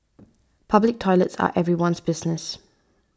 public toilets are everyone's business